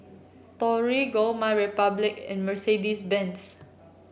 Torigo MyRepublic and Mercedes Benz